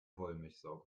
wollmilchsau